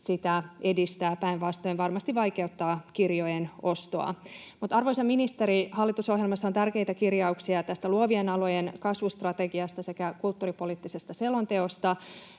sitä edistää, päinvastoin varmasti vaikeuttaa kirjojen ostoa. Arvoisa ministeri, hallitusohjelmassa on tärkeitä kirjauksia tästä luovien alojen kasvustrategiasta sekä kulttuuripoliittisesta selonteosta.